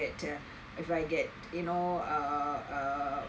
if I get you know err err what is that